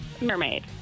Mermaid